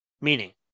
Meaning